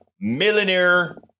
millionaire